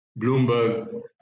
Bloomberg